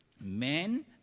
Men